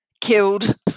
killed